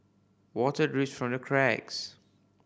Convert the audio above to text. water drips from the cracks